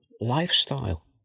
lifestyle